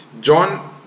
John